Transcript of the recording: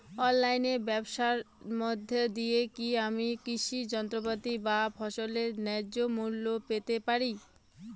অনলাইনে ব্যাবসার মধ্য দিয়ে কী আমি কৃষি যন্ত্রপাতি বা ফসলের ন্যায্য মূল্য পেতে পারি?